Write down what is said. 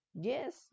yes